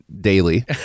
daily